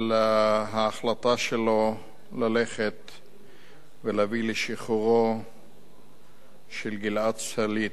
על ההחלטה שלו להביא לשחרורו של גלעד שליט.